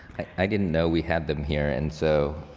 i didn't know we had them here. and so,